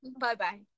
bye-bye